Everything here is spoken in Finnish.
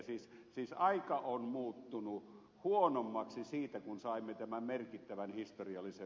siis aika on muuttunut huonommaksi siitä kun saimme tämän merkittävän historiallisen